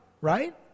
right